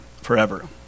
forever